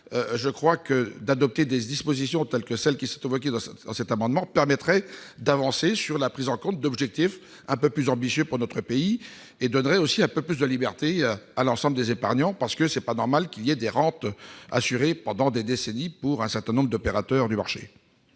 pourquoi adopter des dispositions comme celles que vise à introduire cet amendement permettrait d'avancer sur la prise en compte d'objectifs un peu plus ambitieux pour notre pays et donnerait aussi un peu plus de liberté à l'ensemble des épargnants. Il n'est pas normal qu'il y ait des rentes assurées pendant des décennies pour un certain nombre d'opérateurs du marché.